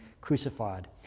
crucified